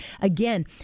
again